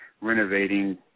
renovating